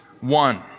one